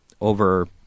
over